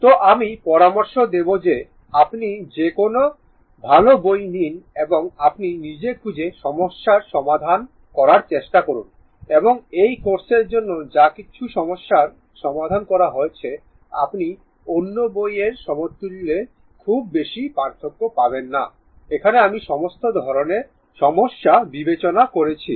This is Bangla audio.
তো আমি পরামর্শ দেব যে আপনি যে কোনও ভাল বই নিন এবং আপনি নিজে কিছু সমস্যা সমাধান করার চেষ্টা করুন এবং এই কোর্সের জন্য যা কিছু সমস্যার সমাধান করা হয়েছে আপনি অন্য বই এর তুলনায় খুব বেশি পার্থক্য পাবেন না এখানে আমি সমস্ত ধরণের সমস্যা বিবেচনা করেছি